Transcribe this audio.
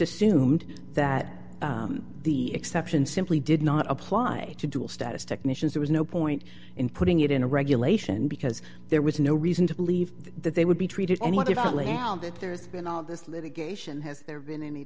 assumed that the exception simply did not apply to dual status technicians there was no point in putting it in a regulation because there was no reason to believe that they would be treated and what if it lay out that there's been all this litigation has there been any